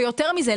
ויותר מזה,